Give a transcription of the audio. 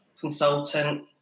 consultant